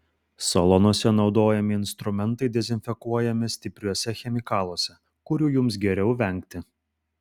salonuose naudojami instrumentai dezinfekuojami stipriuose chemikaluose kurių jums geriau vengti